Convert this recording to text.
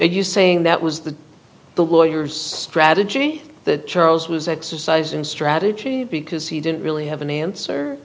you saying that was the the lawyers strategy that charles was exercising strategy because he didn't really have an answer